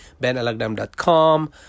benalagdam.com